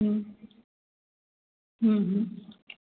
હમ હમ